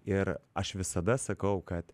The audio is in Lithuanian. ir aš visada sakau kad